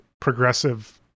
progressive